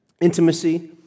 intimacy